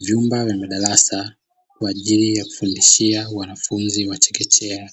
vyumba vya madarasa kwa ajili ya kufundishia wanafunzi wa chekechea